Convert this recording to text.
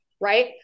right